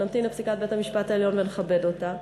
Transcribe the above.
אנחנו נמתין לפסיקת בית-המשפט העליון ונכבד אותה.